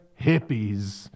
hippies